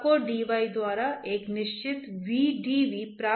क्या चीज छूट रही है